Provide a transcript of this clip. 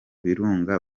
birunga